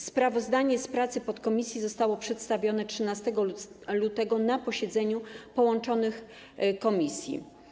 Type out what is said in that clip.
Sprawozdanie z prac podkomisji zostało przedstawione 13 lutego na posiedzeniu połączonych komisji.